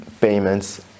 payments